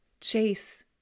chase